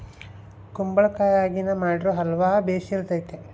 ಕುಂಬಳಕಾಯಗಿನ ಮಾಡಿರೊ ಅಲ್ವ ಬೆರ್ಸಿತತೆ